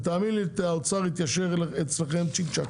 ותאמין לי שהאוצר יתיישר איתכם צ'יק-צ'ק